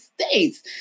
States